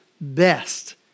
best